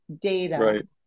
data